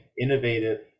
innovative